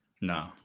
No